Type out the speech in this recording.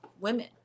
women